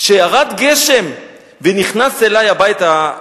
ירד גשם ונכנס אלי הביתה,